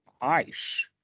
ice